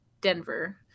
Denver